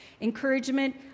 Encouragement